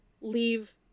leave